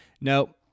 no